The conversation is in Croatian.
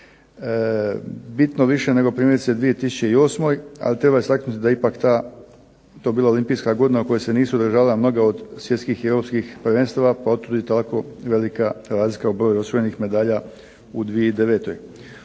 bitno više nego primjerice u 2008., ali treba istaknuti da ipak ta, to je bila olimpijska godina u kojoj se nisu održavala mnoga od svjetskih i europskih prvenstava, pa otud i tako velika razlika u broju osvojenih medalja u 2009.